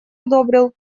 одобрил